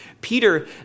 Peter